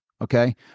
okay